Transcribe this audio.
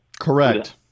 Correct